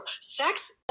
sex